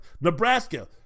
Nebraska